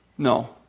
No